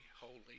holy